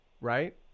right